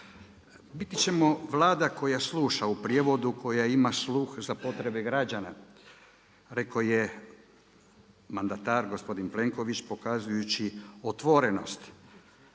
Biti ćemo Vlada koja sluša, u prijevodu koja ima sluha za potrebe građana. Rekao je mandatar gospodin Plenković pokazujući otvorenost